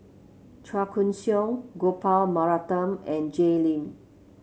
Chua Koon Siong Gopal Baratham and Jay Lim